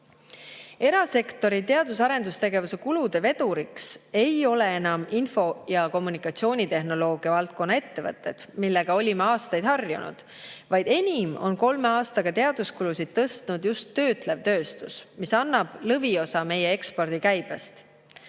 Erasektori teadus- ja arendustegevuse kulude veduriks ei ole enam info- ja kommunikatsioonitehnoloogia valdkonna ettevõtted, millega olime aastaid harjunud, vaid enim on kolme aastaga teaduskulusid tõstnud just töötlev tööstus, mis annab lõviosa meie ekspordikäibest.